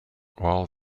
while